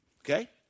Okay